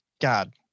God